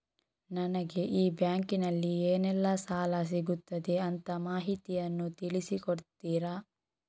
ನನಗೆ ಈ ಬ್ಯಾಂಕಿನಲ್ಲಿ ಏನೆಲ್ಲಾ ಸಾಲ ಸಿಗುತ್ತದೆ ಅಂತ ಮಾಹಿತಿಯನ್ನು ತಿಳಿಸಿ ಕೊಡುತ್ತೀರಾ?